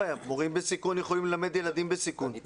מורים בסיכון יכולים ללמד ילדים בסיכון.